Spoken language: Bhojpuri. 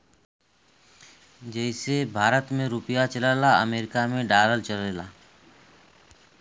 जइसे भारत मे रुपिया चलला अमरीका मे डॉलर चलेला